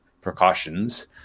precautions